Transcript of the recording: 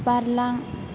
बारलां